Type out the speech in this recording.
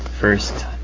first